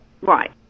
Right